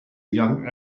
young